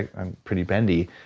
i'm pretty bendy.